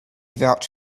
vouch